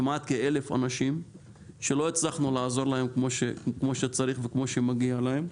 כאלף אנשים שלא הצלחנו לעזור להם כפי שצריך וכפי שמגיע להם.